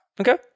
Okay